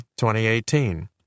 2018